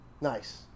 nice